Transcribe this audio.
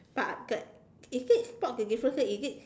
but the is it spot the differences is it